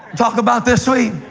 talk about this week?